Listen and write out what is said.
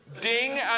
Ding